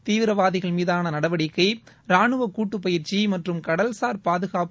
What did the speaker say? தீவிரவாதிகள் மீதான நடவடிக்கை ரானுவ கூட்டு பயிற்சி மற்றும் கடல்சாா் பாதுகாப்பு